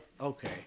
okay